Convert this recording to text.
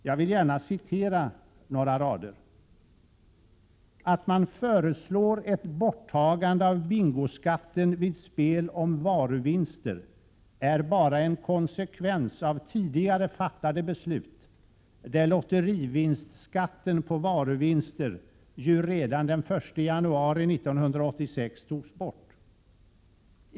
Jag vill gärna citera några rader: ”Att man föreslår ett borttagande av bingoskatten vid spel om varuvinster är bara en konsekvens av tidigare fattade beslut, där lotterivinstsskatten på varuvinster ju redan den 1 januari 1986 togs bort.